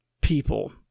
people